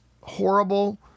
horrible